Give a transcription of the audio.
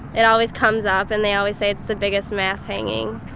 it always comes up and they always say it's the biggest mass hanging.